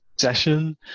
session